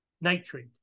nitrate